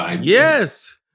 Yes